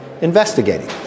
investigating